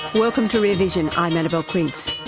welcome to rear vision i'm annabelle quince.